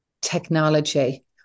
technology